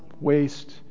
waste